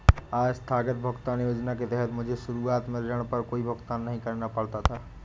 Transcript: आस्थगित भुगतान योजना के तहत मुझे शुरुआत में ऋण पर कोई भुगतान नहीं करना पड़ा था